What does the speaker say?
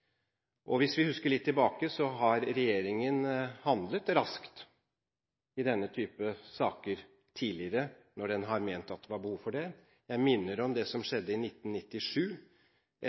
anordning. Hvis vi tenker litt tilbake, så har regjeringen handlet raskt i denne type saker tidligere når den har ment at det var behov for det. Jeg minner om det som skjedde i 1997.